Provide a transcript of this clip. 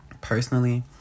Personally